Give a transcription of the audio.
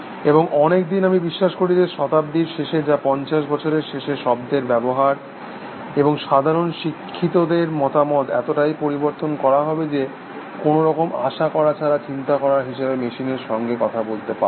এবং অনেকদিন আমি বিশ্বাস করি যে শতাব্দীর শেষে যা পঞ্চাশ বছরের শেষে শব্দের ব্যবহার এবং সাধারণ শিক্ষিতদের মতামত এতটাই পরিবর্তন করা হবে যে কোনো রকম আশা করা ছাড়া চিন্তা করার হিসাবে মেশিনের সঙ্গে কথা বলতে পারবে